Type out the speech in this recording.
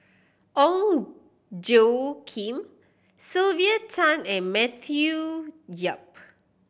Ong Tjoe Kim Sylvia Tan and Matthew Yap